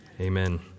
Amen